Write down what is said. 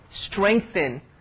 strengthen